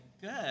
good